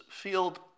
field